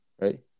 Right